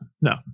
No